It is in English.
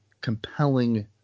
compelling